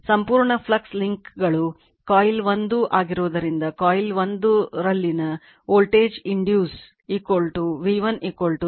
ಸಂಪೂರ್ಣ ಫ್ಲಕ್ಸ್ ಲಿಂಕ್ಗಳು ಕಾಯಿಲ್ 1 ಆಗಿರುವುದರಿಂದ ಕಾಯಿಲ್ 1 ನಲ್ಲಿನ voltage induce v 1 N 1 d dt ಏಕೆಂದರೆ 1 2